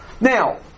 Now